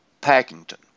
Packington